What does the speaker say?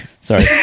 sorry